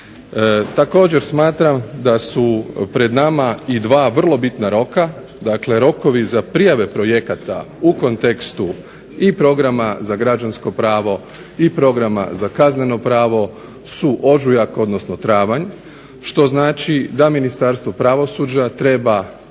Također smatram da su pred nama i dva vrlo bitna roka, dakle rokovi za prijave projekata u kontekstu i programa za građansko pravo i programa za kazneno pravo su ožujak odnosno travanj što znači da Ministarstvo pravosuđa treba